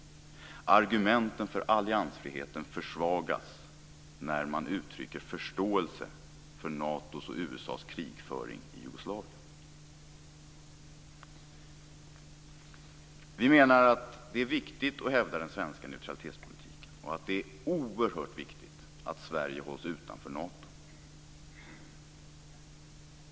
Argumenten för alliansfriheten försvagas när man uttrycker förståelse för Natos och USA:s krigföring i Vi menar att det är viktigt att hävda den svenska neutralitetspolitiken och att det är oerhört viktigt att Sverige hålls utanför Nato.